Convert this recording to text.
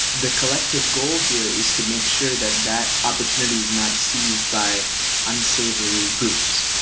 the collective goal here is to make sure that that opportunity is not seized by unsavory groups.